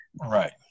Right